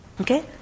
Okay